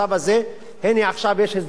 עכשיו יש הזדמנות פז לממשלה,